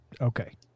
Okay